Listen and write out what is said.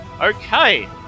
Okay